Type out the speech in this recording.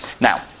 Now